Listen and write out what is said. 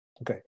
okay